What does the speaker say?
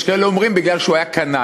יש כאלה שאומרים, מפני שהוא היה קנאי.